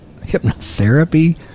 hypnotherapy